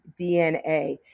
DNA